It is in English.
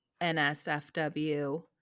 NSFW